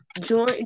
Join